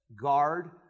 Guard